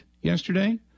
yesterday